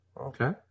Okay